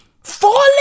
Falling